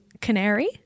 canary